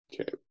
Okay